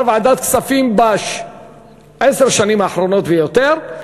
ועדת כספים בעשר השנים האחרונות ויותר,